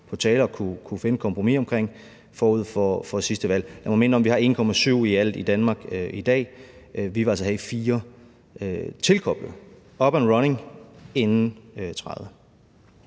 og finde et kompromis om forud for sidste valg. Jeg må minde om, at vi altså har 1,7 GW i alt i Danmark i dag, og vi vil altså have 4 tilkoblet, up and running, inden 2030.